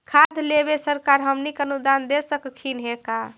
खाद लेबे सरकार हमनी के अनुदान दे सकखिन हे का?